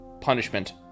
punishment